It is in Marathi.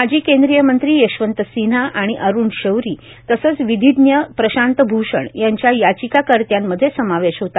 माजी केंद्रीय मंत्री यशंवत सिन्हा आणि अरुण शौरी तसंच विधीज्ञ प्रशांत भूषण यांचा याचिकाकर्त्यांमधे समावेश होता